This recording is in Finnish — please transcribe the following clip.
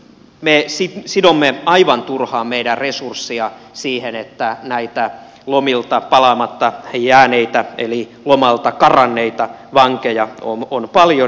me sidomme aivan turhaan meidän resursseja siihen että näitä lomilta palaamatta jääneitä eli lomalta karanneita vankeja on paljon